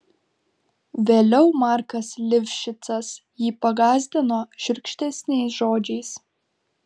vėliau markas livšicas jį pagąsdino šiurkštesniais žodžiais